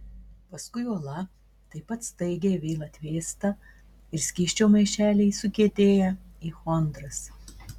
paskui uola taip pat staigiai vėl atvėsta ir skysčio maišeliai sukietėja į chondras